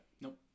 Nope